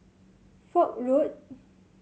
Foch Road